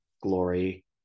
glory